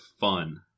fun